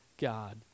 God